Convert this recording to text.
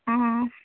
অঁ